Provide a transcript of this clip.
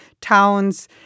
towns